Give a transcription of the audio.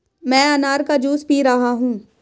मैं अनार का जूस पी रहा हूँ